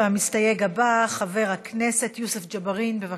המסתייג הבא, חבר הכנסת יוסף ג'בארין, בבקשה.